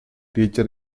teacher